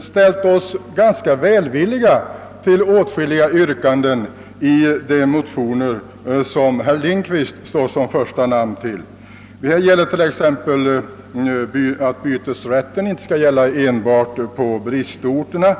ställt oss ganska välvilliga till åtskilliga yrkanden i de motioner, för vilka herr Lindkvist står som huvudmotionär. Så är fallet t.ex. med förslaget att bytesrätten skall gälla generellt och inte bara på bristorterna.